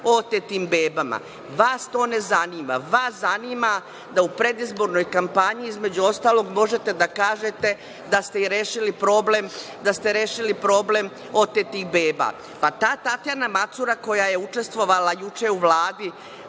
o otetim bebama. Vas to ne zanima. Vas zanima da u predizbornoj kampanji, između ostalog, možete da kažete da ste rešili problem otetih beba. Pa, ta Tatjana Macura koja je juče učestvovala u Vladi,